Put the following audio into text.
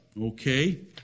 Okay